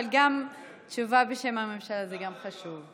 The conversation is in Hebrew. אבל גם תשובה בשם הממשלה זה חשוב.